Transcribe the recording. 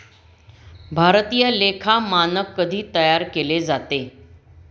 भारतीय लेखा मानक कधी तयार केले जाते?